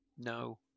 No